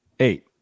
Eight